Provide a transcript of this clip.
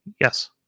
Yes